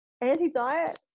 anti-diet